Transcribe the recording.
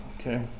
Okay